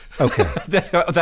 Okay